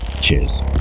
Cheers